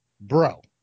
bro